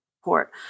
support